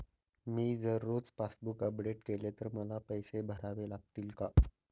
मी जर रोज passbook update केले तर मला पैसे भरावे लागतील का?